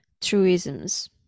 truisms